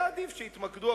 או לסכסך, היה עדיף שיתמקדו,